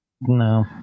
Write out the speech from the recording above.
No